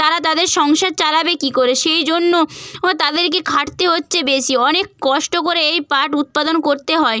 তারা তাদের সংসার চালাবে কী করে সেই জন্য ও তাদেরকে খাটতে হচ্ছে বেশি অনেক কষ্ট করে এই পাট উৎপাদন করতে হয়